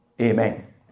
Amen